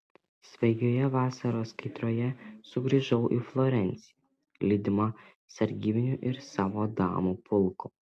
svaigioje vasaros kaitroje sugrįžau į florenciją lydima sargybinių ir savo damų pulko